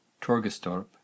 torgestorp